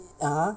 (uh huh)